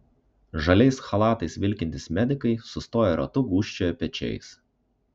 žaliais chalatais vilkintys medikai sustoję ratu gūžčioja pečiais